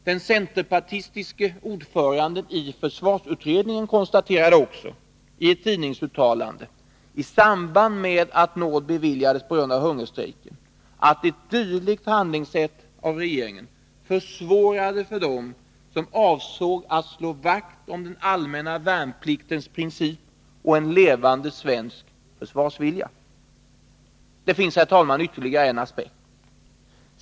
Den centerpartistiske ordföranden i försvarsutredningen konstaterade också i ett tidningsuttalande i samband med att nåd beviljades på grund av hungerstrejken, att ett dylikt handlingssätt av regeringen försvårade för dem som avsåg att slå vakt om den allmänna värnpliktens princip och en levande svensk försvarsvilja. Det finns ytterligare en aspekt.